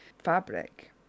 fabric